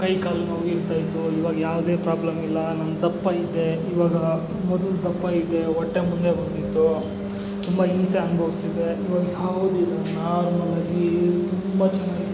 ಕೈಕಾಲು ನೋವು ಇರ್ತಾಯಿತ್ತು ಈವಾಗ ಯಾವುದೇ ಪ್ರಾಬ್ಲಮ್ ಇಲ್ಲ ನಾನು ದಪ್ಪ ಇದ್ದೆ ಇವಾಗ ಮೊದ್ಲಿನ ದಪ್ಪ ಇಲ್ಲ ಹೊಟ್ಟೆ ಮುಂದೆ ಬಂದಿತ್ತು ತುಂಬ ಹಿಂಸೆ ಅನುಭವಿಸ್ತಿದ್ದೆ ಇವಾಗ ಯಾವುದೂ ಇಲ್ಲ ಆರಾಮವಾಗಿ ತುಂಬ ಚೆನ್ನಾಗಿ ಇದ್ದೀನಿ